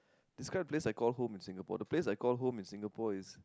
describe the place I call home in Singapore the place I call home in Singapore is